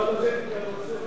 נתקבלה.